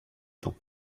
temps